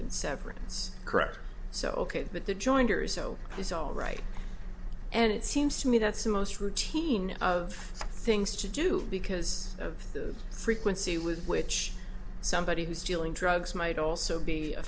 been severance correct so ok but the jointers so it's all right and it seems to me that's the most routine of things to do because of the frequency with which somebody who's dealing drugs might also be a